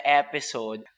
episode